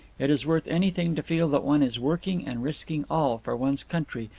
it is worth anything to feel that one is working and risking all for one's country,